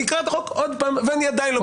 אקרא את החוק עוד פעם ועוד פעם ואני עדיין לא מבין.